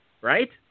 Right